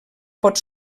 pot